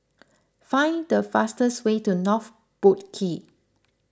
find the fastest way to North Boat Quay